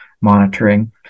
monitoring